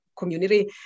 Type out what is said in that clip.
community